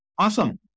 Awesome